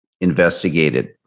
investigated